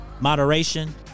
moderation